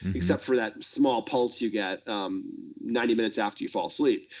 except for that small pulse you get ninety minutes after you fall sleep.